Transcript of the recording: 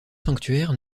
sanctuaires